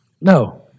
No